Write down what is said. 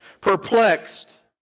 perplexed